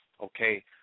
Okay